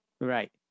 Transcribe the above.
right